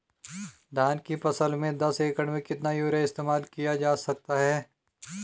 धान की फसल में दस एकड़ में कितना यूरिया इस्तेमाल किया जा सकता है?